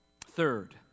Third